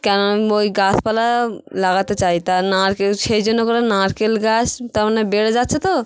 কেননা ওই গাছপালা লাগাতে চাই তা না আর কেউ সেই জন্য কোনো নারকেল গাছ তা মানে বেড়ে যাচ্ছে তো